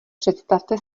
představte